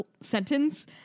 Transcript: sentence